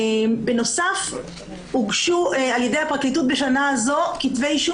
בנוסף הוגשו על ידי הפרקליטות בשנה זו כתבי אישום